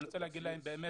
אני רוצה לומר להם תודה.